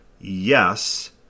yes